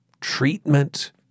treatment